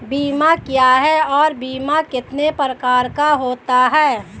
बीमा क्या है और बीमा कितने प्रकार का होता है?